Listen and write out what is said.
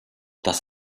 das